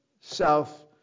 south